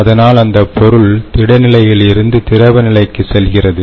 அதனால் அந்தப் பொருள் திட நிலையில் இருந்து திரவ நிலைக்கு செல்கிறது